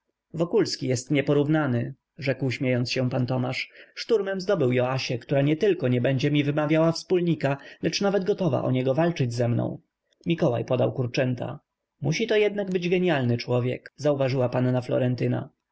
wokulski jest nieporównany rzekł śmiejąc się pan tomasz szturmem zdobył joasię która nietylko nie będzie mi wymawiała wspólnika lecz nawet gotowa o niego walczyć ze mną mikołaj podał kurczęta musi to jednakże być gienialny człowiek zauważyła panna florentyna wokulski no